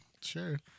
Sure